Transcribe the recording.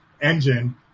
engine